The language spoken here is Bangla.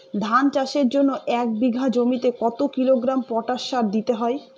ধান চাষের জন্য এক বিঘা জমিতে কতো কিলোগ্রাম পটাশ সার দিতে হয়?